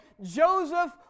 Joseph